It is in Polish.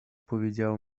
powiedziało